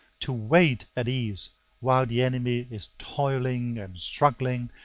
to wait at ease while the enemy is toiling and struggling,